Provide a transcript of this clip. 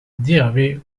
derby